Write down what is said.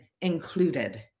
included